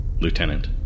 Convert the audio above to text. Lieutenant